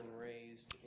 raised